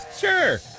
Sure